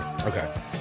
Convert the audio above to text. okay